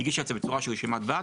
היא הגישה את זה בצורה של רשימת בת.